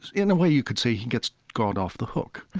in a way, you could say he gets god off the hook